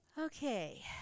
Okay